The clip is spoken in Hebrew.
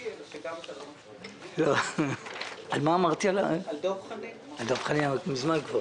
שקיבלתי, המלצות חמות, ואחרי שבחנתי מספר מועמדים.